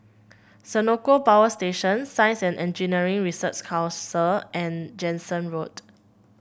Senoko Power Station Science And Engineering Research Council and Jansen Road